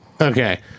Okay